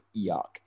yuck